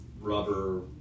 rubber